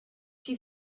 chi